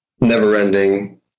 never-ending